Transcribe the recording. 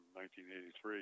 1983